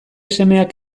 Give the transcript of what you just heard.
semeak